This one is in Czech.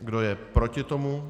Kdo je proti tomu?